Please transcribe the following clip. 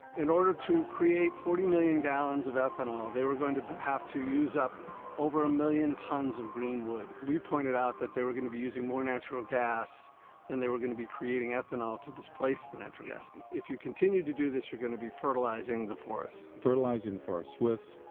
in order to create forty million gallons of ethanol, they are going to have to use up over a million tons of green wood. we pointed out that they were gonna be using more natural gas than they were gonna be creating ethanol to displace the natural gas. if you continue to do this, you're gonna be fertilizing the forest. fertilizing forests with?